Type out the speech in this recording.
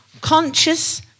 conscious